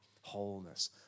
wholeness